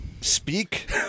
speak